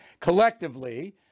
Collectively